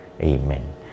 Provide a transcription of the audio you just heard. Amen